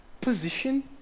position